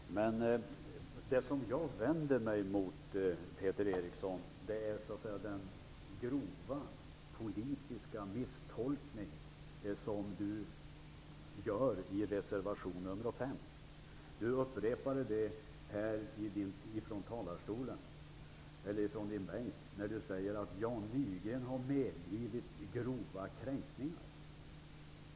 Fru talman! Det som jag vänder mig emot är Peter Erikssons grova politiska misstolkning i reservation nr 5, som han upprepade ifrån sin bänk när han sade att Jan Nygren har medgivit grova kränkningar.